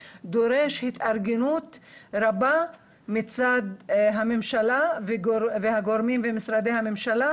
זה דורש התארגנות רבה מצד הממשלה והגורמים במשרדי הממשלה